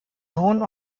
sohn